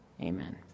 Amen